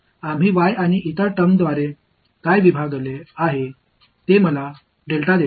நாம் y ஆல் என்ன வகுத்தோம் மற்றும் எனக்கு கிடைக்கும் மற்ற வெளிப்பாடு டெல்டா ஆகும்